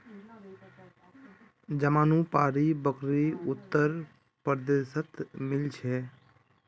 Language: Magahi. जमानुपारी बकरी उत्तर प्रदेशत मिल छे